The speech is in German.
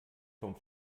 vom